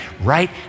right